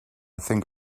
think